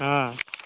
हँ